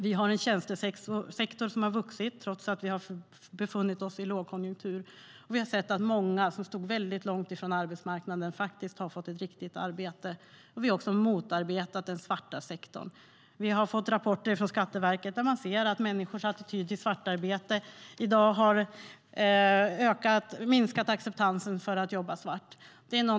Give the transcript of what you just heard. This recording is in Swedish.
Vi har en tjänstesektor som har vuxit trots att vi har befunnit oss i lågkonjunktur, och vi har sett att många som stod väldigt långt ifrån arbetsmarknaden har fått ett riktigt arbete. Vi har också motarbetat den svarta sektorn. Vi har fått rapporter från Skatteverket där man ser att acceptansen för att jobba svart har minskat i människors attityd till svartarbete i dag.